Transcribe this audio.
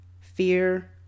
fear